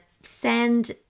send